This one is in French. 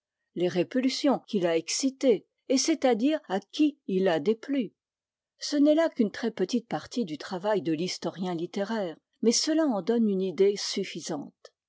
les répulsions qu'il a excitées et c'est-à-dire à qui il a déplu ce n'est là qu'une très petite partie du travail de l'historien littéraire mais cela en donne une idée suffisante